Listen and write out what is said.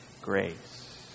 Grace